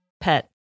pet